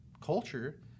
culture